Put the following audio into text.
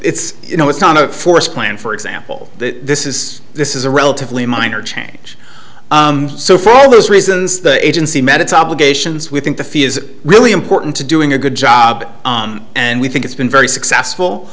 it's you know it's time to force plan for example this is this is a relatively minor change so for all those reasons the agency met its obligations we think the fee is really important to doing a good job and we think it's been very successful